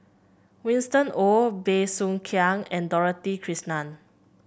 Winston Oh Bey Soo Khiang and Dorothy Krishnan